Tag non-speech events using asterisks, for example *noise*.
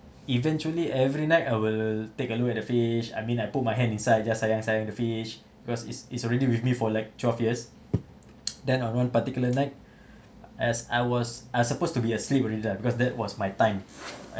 eventually every night I will take a look at the fish I mean I put my hand inside just sayang sayang the fish cause it's it's already with me for like twelve years *noise* then on one particular night *breath* as I was I supposed to be asleep already lah because that was my time